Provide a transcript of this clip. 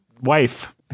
wife